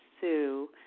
Sue